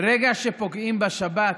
ברגע שפוגעים בשבת,